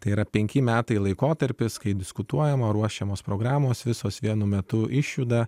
tai yra penki metai laikotarpis kai diskutuojama ruošiamos programos visos vienu metu išjuda